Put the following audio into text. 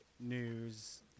news